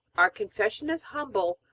our confession is humble,